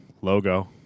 logo